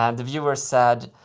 um the viewer said,